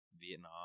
Vietnam